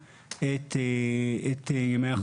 שמורידים את ימי החריגה.